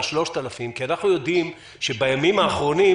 3,000 כי אנחנו יודעים שבימים האחרונים,